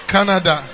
Canada